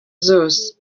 zose